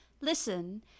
Listen